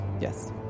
Yes